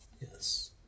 Yes